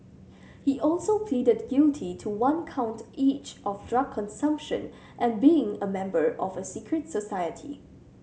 he also pleaded guilty to one count each of drug consumption and being a member of a secret society